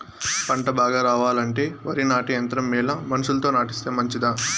పంట బాగా రావాలంటే వరి నాటే యంత్రం మేలా మనుషులతో నాటిస్తే మంచిదా?